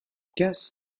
guess